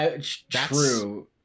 True